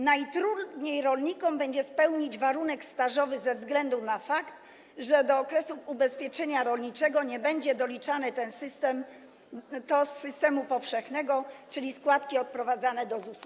Najtrudniej rolnikom będzie spełnić warunek stażowy ze względu na fakt, że do okresu ubezpieczenia rolniczego nie będą doliczane składki, okresy składkowe z systemu powszechnego, czyli składki odprowadzane do ZUS.